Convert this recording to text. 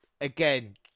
again